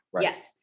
Yes